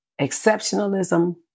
exceptionalism